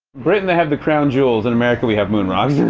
britain they have the crown jewels, in america we have moon rocks.